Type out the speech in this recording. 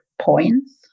points